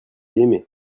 aimé